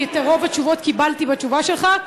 כי את רוב התשובות קיבלתי בתשובה שלך.